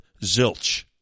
zilch